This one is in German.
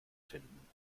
finden